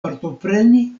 partopreni